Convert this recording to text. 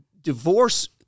divorce